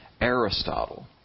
Aristotle